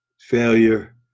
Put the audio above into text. failure